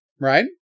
right